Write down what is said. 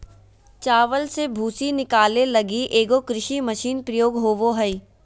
चावल से भूसी निकाले लगी एगो कृषि मशीन प्रयोग होबो हइ